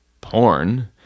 porn